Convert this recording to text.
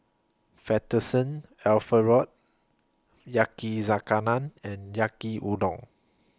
Fettuccine Alfredo Yakizakana and Yaki Udon